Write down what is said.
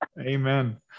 Amen